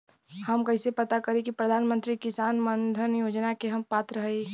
हम कइसे पता करी कि प्रधान मंत्री किसान मानधन योजना के हम पात्र हई?